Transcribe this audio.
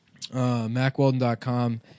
MacWeldon.com